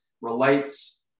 relates